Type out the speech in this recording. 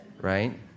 Right